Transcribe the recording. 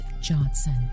Johnson